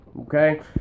okay